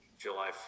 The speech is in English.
july